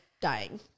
dying